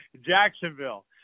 Jacksonville